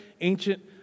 ancient